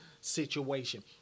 situation